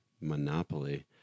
Monopoly